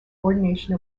ordination